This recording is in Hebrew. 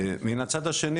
מן הצד השני,